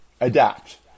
adapt